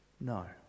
No